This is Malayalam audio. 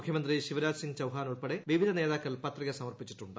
മുഖ്യമന്ത്രി ശിവരാജ് സിംഗ് ചൌഹാൻ ഉൾപ്പടെ വിവിധ നേതാക്കൾ പത്രിക സമർപ്പിച്ചിട്ടുണ്ട്